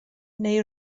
neu